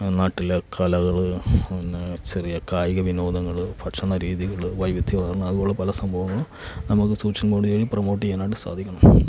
നാട്ടിലെ കലകൾ പിന്നെ ചെറിയ കായിക വിനോദങ്ങൾ ഭക്ഷണ രീതികൾ വൈവിദ്ധ്യമാർന്ന അതുപോലുള്ള പല സംഭവങ്ങളും നമുക്ക് സോഷ്യൽ മീഡിയയിൽ പ്രമോട്ട് ചെയ്യാനായിട്ട് സാധിക്കണം